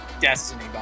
Destiny